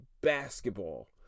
basketball